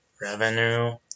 Revenue